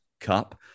Cup